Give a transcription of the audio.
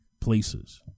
places